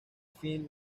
film